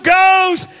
goes